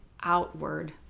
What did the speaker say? outward